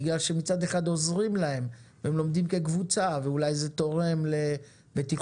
בגלל שמצד אחד עוזרים להם והם לומדים כקבוצה ואולי זה תורם לבטיחות